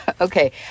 Okay